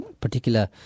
particular